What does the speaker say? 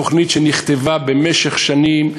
תוכנית שנכתבה במשך שנים,